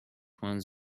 ones